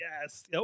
Yes